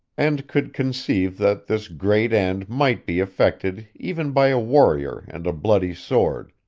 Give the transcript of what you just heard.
and could conceive that this great end might be effected even by a warrior and a bloody sword,